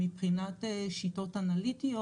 מבחינת שיטות אנליטיות,